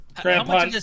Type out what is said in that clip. Grandpa